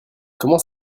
comment